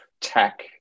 tech